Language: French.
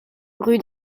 rue